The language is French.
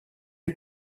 des